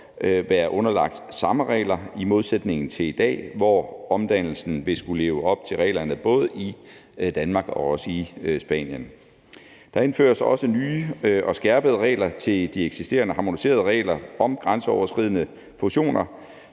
være underlagt samme regler i modsætning til i dag, hvor omdannelsen vil skulle leve op til reglerne både i Danmark og i Spanien. Der indføres også nye og skærpede regler til de eksisterende, harmoniserede regler om grænseoverskridende fusioner.